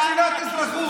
לגבי שלילת אזרחות.